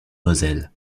moselle